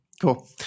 cool